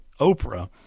Oprah